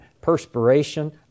Perspiration